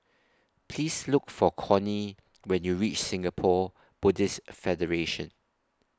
Please Look For Connie when YOU REACH Singapore Buddhist Federation